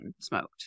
smoked